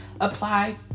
apply